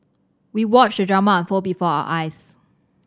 we watched the drama unfold before our eyes